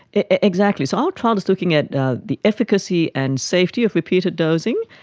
exactly. so our trial is looking at ah the efficacy and safety of repeated dosing.